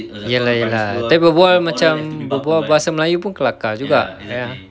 ya lah ya lah tapi berbual macam berbual bahasa melayu pun kelakar juga ya